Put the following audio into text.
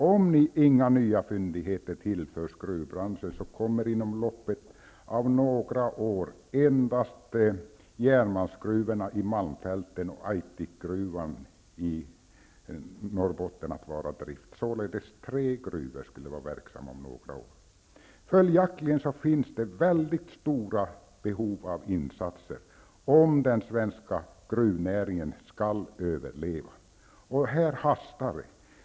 Om inga nya fyndigheter tillförs gruvbranschen kommer inom loppet av några år endast järnmalmsgruvorna i malmfälten och Aitikgruvan i Norrbotten att vara i drift. Om några år skulle således tre gruvor vara verksamma. Följaktligen finns det mycket stora behov av insatser, om den svenska gruvnäringen skall överleva, och här brådskar det.